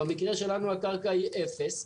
במקרה שלנו שווי הקרקע הוא אפס,